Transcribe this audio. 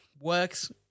works